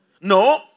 No